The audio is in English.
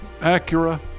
Acura